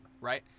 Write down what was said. right